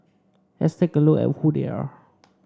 let's take a look at who they are